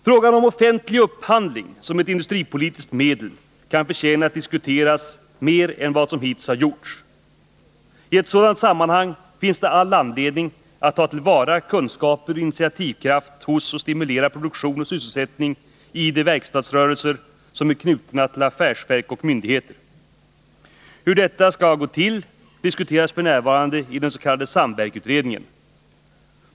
Frågan om offentlig upphandling som ett industripolitiskt medel kan förtjäna att diskuteras mer än vad som hittills har gjorts. I det sammanhanget 183 finns det all anledning att ta till vara kunskaper och initiativkraft hos samt att stimulera produktion och sysselsättning i de verkstadsrörelser som är knutna till affärsverk och myndigheter. Hur detta skall gå till diskuteras f. n. i den s.k. samverkutredningen.